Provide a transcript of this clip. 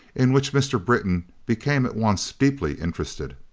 in which mr. britton became at once deeply interested.